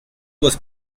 was